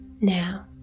Now